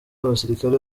abasirikare